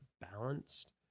balanced